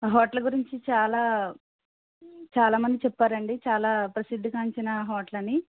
hotel గురించి చాలా చాలా మంది చెప్పారండి చాలా ప్రసిద్ధి గాంచిన హోటల్ అని